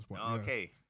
Okay